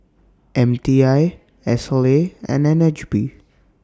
M T I S L A and N H B